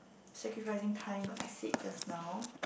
sacrificing time like I said just now